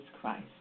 Christ